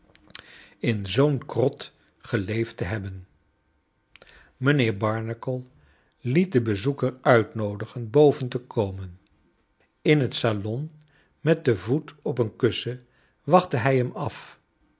in zoo'n krot geleefd te hebben mijnheer barnacle liet den bezoeker uitnoodigen boven te komen in het salon met den voet op een kussen wachtte hij hem a f